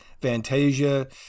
Fantasia